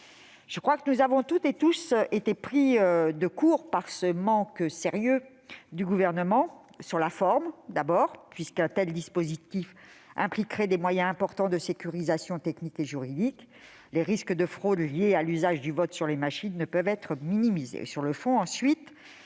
à voter. Nous avons toutes et tous été pris de court par ce manque de sérieux du Gouvernement. Sur la forme, d'abord, puisqu'un tel dispositif impliquerait des moyens importants de sécurisation technique et juridique. Les risques de fraudes liés à l'usage du vote sur les machines ne peuvent être minimisés.